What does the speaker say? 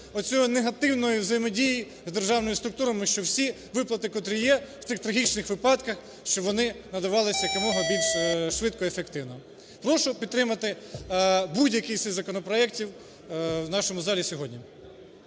оцієї негативної взаємодії з державними структурами, що всі виплати , котрі є в тих трагічних випадках, щоб вони надавалися якомога більш швидко і ефективно. Прошу підтримати будь-який з цих законопроектів в нашому залі сьогодні.